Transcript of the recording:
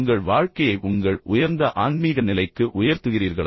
உங்கள் வாழ்க்கையை உங்கள் உயர்ந்த ஆன்மீக நிலைக்கு உயர்த்துகிறீர்களா